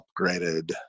upgraded